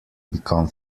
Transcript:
become